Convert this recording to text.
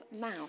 mouth